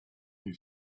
who